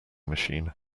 machine